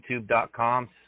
youtube.com